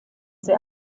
sie